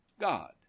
God